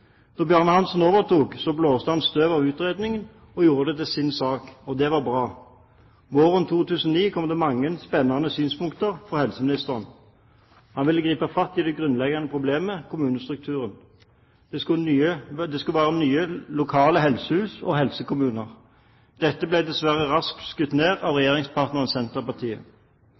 Da Bjarne Håkon Hanssen overtok, blåste han støv av utredningen og gjorde den til sin sak. Det var bra! Våren 2009 kom det mange spennende synspunkter fra helseministeren. Han ville gripe fatt i det grunnleggende problemet – kommunestrukturen. Det skulle være nye lokale helsehus og helsekommuner. Dette ble dessverre raskt skutt ned av regjeringspartneren Senterpartiet.